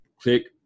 Click